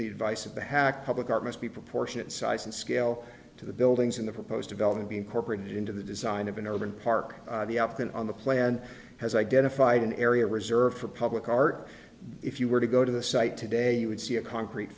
the advice of the hack public art must be proportionate size and scale to the buildings in the proposed development be incorporated into the design of an urban park the upton on the plan has identified an area reserved for public art if you were to go to the site today you would see a concrete